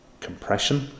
compression